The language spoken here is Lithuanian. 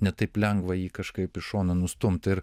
ne taip lengva jį kažkaip į šoną nustumt ir